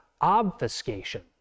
obfuscation